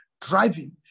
driving